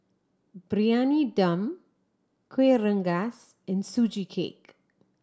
Briyani Dum Kueh Rengas and Sugee Cake